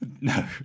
No